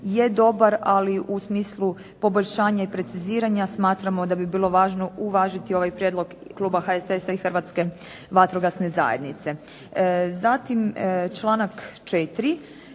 je dobar, ali u smislu poboljšanja i preciziranja smatramo da bi bilo važno uvažiti ovaj prijedlog kluba HSS-a i Hrvatske vatrogasne zajednice.